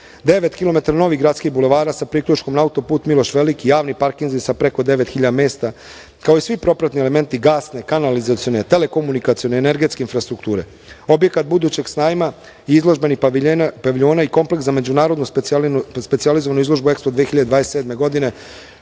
novih gradskih bulevara sa priključkom na autoput Miloš Veliki, javni parkinzi sa preko 9.000 mesta, kao i svi propratni elementi gasne, kanalizacione, telekomunikacione, energetske infrastrukture. Objekat budućeg sajma i izložbeni paviljoni i kompleks za međunarodno specijalizovanu izložbu EXPO 2027. godine